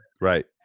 Right